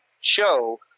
show